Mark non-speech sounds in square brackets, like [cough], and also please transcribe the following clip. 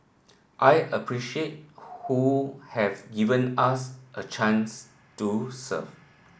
I appreciate [unintelligible] who have given us a chance to serve